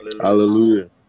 Hallelujah